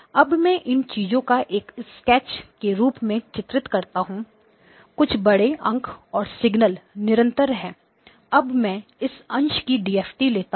अब मैं इन चीजों को एक स्केच के रूप में चित्रित करता हूं कुछ बड़े अंक और सिगनल्स निरंतर है अब मैं इस अंश की डीएफटी लेता हूं